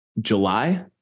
July